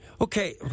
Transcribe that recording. Okay